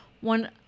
one